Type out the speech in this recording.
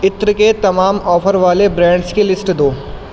عطر کے تمام آفر والے برانڈز کی لسٹ دو